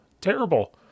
Terrible